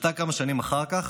עלתה כמה שנים אחר כך,